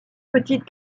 petite